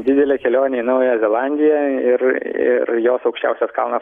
didelė kelionė į naująją zelandiją ir ir jos aukščiausias kalnas